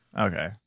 Okay